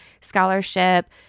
Scholarship